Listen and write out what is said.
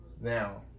now